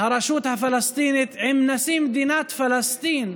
הרשות הפלסטינית, עם נשיא מדינת פלסטין,